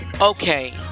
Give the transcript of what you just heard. okay